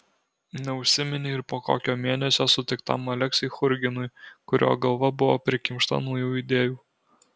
neužsiminei ir po kokio mėnesio sutiktam aleksiui churginui kurio galva buvo prikimšta naujų idėjų